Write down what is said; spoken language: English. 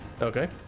Okay